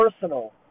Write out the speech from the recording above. personal